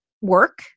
work